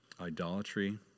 idolatry